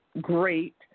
great